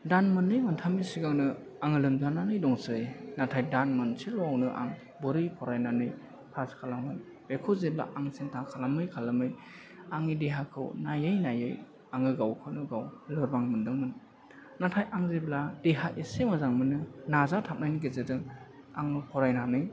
दान मोननै मोनथामनि सिगांनो आङो लोमजानानै दंसै नाथाय दान मोनसेल'आवनो आं बोरै फरायनानै फास खालामनो बेखौ जेब्ला आं सिन्था खालामै खालामै आंनि देहाखौ नाइयै नाइयै आङो गावखौनो गाव लोरबां मोनदोंमोन नाथाय आं जेब्ला देहा इसे मोजां मोनो नाजाथाबनायनि गेजेरजों आङो फरायनानै